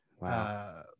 Wow